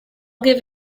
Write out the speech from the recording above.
give